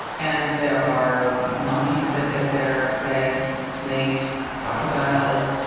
and there are monkeys that get their eggs, snakes, crocodiles,